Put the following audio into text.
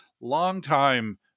longtime